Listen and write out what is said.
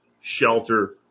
shelter